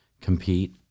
compete